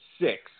six